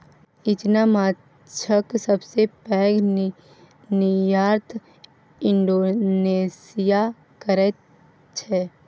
इचना माछक सबसे पैघ निर्यात इंडोनेशिया करैत छै